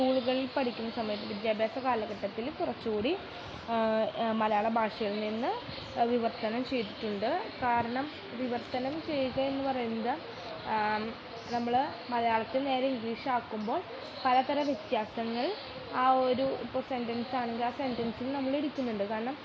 സ്കൂളുകളിൽ പഠിക്കുന്ന സമയത്ത് വിദ്യാഭ്യാസ കാലഘട്ടത്തിൽ കുറച്ചു കൂടി മലയാള ഭാഷയിൽ നിന്ന് വിവർത്തനം ചെയ്തിട്ടുണ്ട് കാരണം വിവർത്തനം ചെയ്യുക എന്നു പറയുന്നത് നമ്മൾ മലയാളത്തെ നേരെ ഇംഗ്ലീഷാക്കുമ്പോൾ പല തരം വ്യത്യാസങ്ങൾ ആ ഒരു ഇപ്പം സെൻറ്റൻസാണെങ്കിൽ ആ സെൻറ്റൻസിൽ നമ്മളിരിക്കുന്നുണ്ട് കാരണം